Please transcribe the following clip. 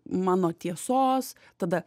mano tiesos tada